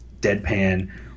deadpan